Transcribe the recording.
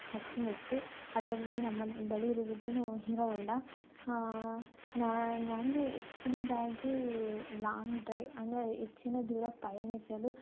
ಅಚ್ಚುಮೆಚ್ಚು ಅದರಲ್ಲಿ ನಮ್ಮ ಬಳಿ ಇರುವುದು ಹೀರೋ ಹೋಂಡಾ ನಾ ನಾನು ಹೆಚ್ಚಿನದಾಗಿ ಲಾಂಗ್ ಡ್ರೈವ್ ಅಂದರೆ ಹೆಚ್ಚಿನ ದೂರ ಪಯಣಿಸಲು